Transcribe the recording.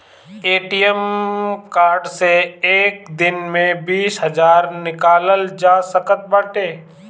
ATM card से एक दिन में बीस हजार निकालल जा सकत बाटे